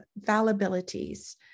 fallibilities